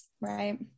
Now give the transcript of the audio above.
right